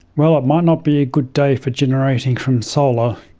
well, it might not be a good day for generating from solar,